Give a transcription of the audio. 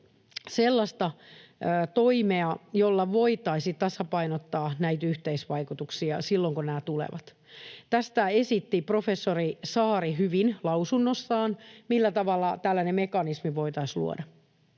sellaista toimea, jolla voitaisiin tasapainottaa näitä yhteisvaikutuksia silloin kun nämä tulevat. Tästä esitti professori Saari hyvin lausunnossaan, millä tavalla tällainen mekanismi voitaisiin luoda.